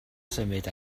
symud